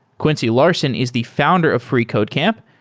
quincy larson is the founder of freecodecamp,